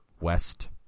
west